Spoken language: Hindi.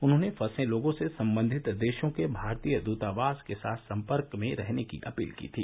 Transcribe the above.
उन्होंने फसे लोगों से संबंधित देशों के भारतीय दृतावास के साथ संपर्क में रहने की अपील की थी